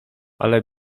ale